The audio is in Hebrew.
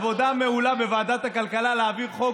עבודה מעולה בוועדת הכלכלה להעביר חוק